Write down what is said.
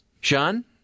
Sean